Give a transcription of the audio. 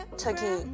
turkey 。